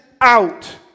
out